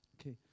Okay